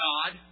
God